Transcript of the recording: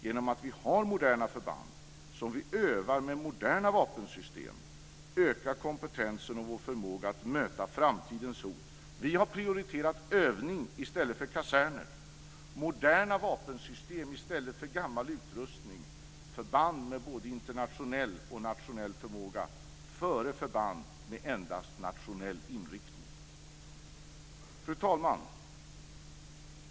Genom att vi har moderna förband, som vi övar med moderna vapensystem, ökar kompetensen och vår förmåga att möta framtidens hot. Vi har prioriterat övning i stället för kaserner, moderna vapensystem i stället för gammal utrustning, förband med både internationell och nationell förmåga före förband med endast nationell inriktning. Fru talman!